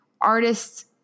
artists